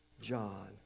John